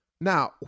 Now